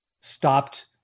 stopped